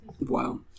Wow